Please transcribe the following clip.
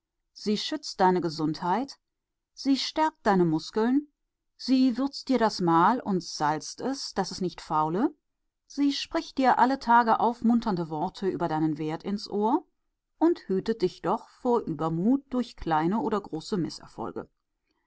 sie schützt deine gesundheit sie stärkt deine muskeln sie würzt dir das mahl und salzt es daß es nicht faule sie spricht dir alle tage aufmunternde worte über deinen wert ins ohr und hütet dich doch vor übermut durch kleine oder große